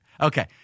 Okay